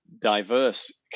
diverse